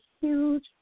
huge